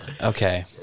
Okay